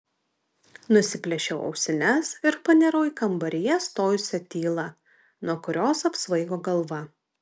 nusiplėšiau ausines ir panirau į kambaryje stojusią tylą nuo kurios apsvaigo galva